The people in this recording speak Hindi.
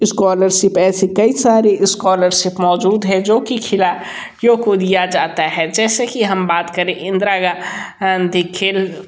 एस्कॉलरसिप ऐसे कइ सारे एस्कॉलरसिप मौजूद है जो कि खिला ड़ियों को दिया जाता है जैसे कि हम बात करें इंदिरा गां धी खेल